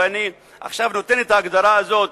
ואני עכשיו נותן את ההגדרה הזאת,